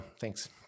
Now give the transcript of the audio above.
thanks